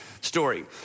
story